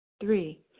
Three